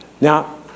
Now